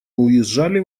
уезжали